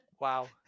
Wow